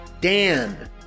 Dan